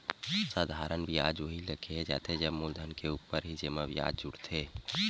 साधारन बियाज उही ल केहे जाथे जब मूलधन के ऊपर ही जेमा बियाज जुड़थे